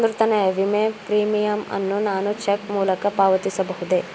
ವಿಮೆ ಪ್ರೀಮಿಯಂ ಅನ್ನು ನಾನು ಚೆಕ್ ಮೂಲಕ ಪಾವತಿಸಬಹುದೇ?